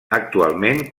actualment